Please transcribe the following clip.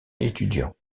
étudiants